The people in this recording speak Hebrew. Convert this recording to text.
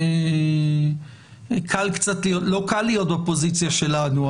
לא קל להיות בפוזיציה שלנו,